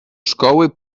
szkoły